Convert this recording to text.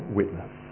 witness